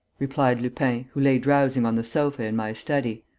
replied lupin, who lay drowsing on the sofa in my study.